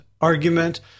argument